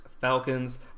Falcons